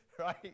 right